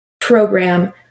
program